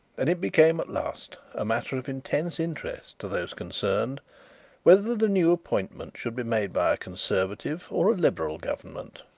and it became at last a matter of intense interest to those concerned whether the new appointment should be made by a conservative or liberal government.